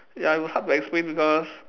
ya it was hard to explain because